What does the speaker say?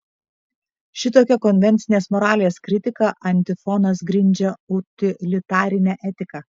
šitokia konvencinės moralės kritika antifonas grindžia utilitarinę etiką